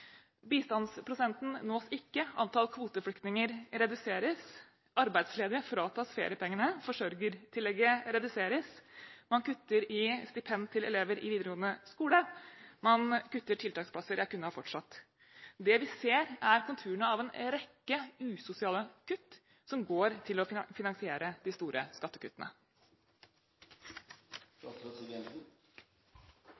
Bistandsprosenten nås ikke. Antallet kvoteflyktninger reduseres. Arbeidsledige fratas feriepengene. Forsørgertillegget reduseres. Man kutter i stipend til elever i videregående skole. Man kutter i tiltaksplasser. Jeg kunne ha fortsatt. Det vi ser, er konturene av en rekke usosiale kutt som går til å finansiere de store skattekuttene.